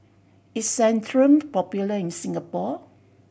is Centrum popular in Singapore